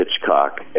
Hitchcock